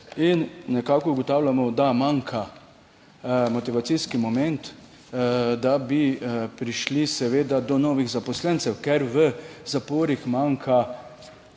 In nekako ugotavljamo, da manjka motivacijski moment, da bi prišli seveda do novih zaposlencev, ker v zaporih manjka,